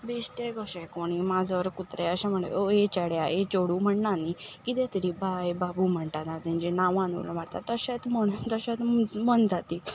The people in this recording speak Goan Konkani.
बेश्टे कशें कोणूय माजर कुत्रें अशें म्हण ए चेड्या ए चेडूं म्हणना न्ही कितें तरी बाय बाबू म्हणटा ना तेंचे नांवान उलो मारतात तशेंच मोनजातीक